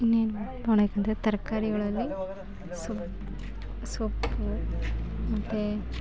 ಇನ್ನೇನು ತರಕಾರಿಗಳಲ್ಲಿ ಸೊಪ್ಪು ಮತ್ತೆ